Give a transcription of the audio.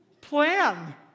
Plan